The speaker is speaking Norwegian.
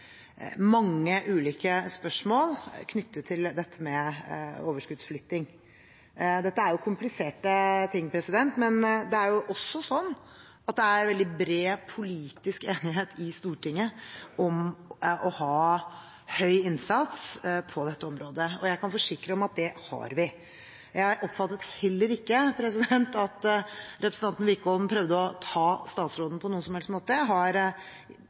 mange ulike spørsmål knyttet til dette med overskuddsflytting. Dette er jo kompliserte ting, men det er også slik at det er veldig bred politisk enighet i Stortinget om å ha stor innsats på dette området, og jeg kan forsikre om at det har vi. Jeg oppfattet det heller ikke slik at representanten Wickholm på noen som helst måte prøvde å ta statsråden. Jeg har